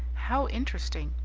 how interesting!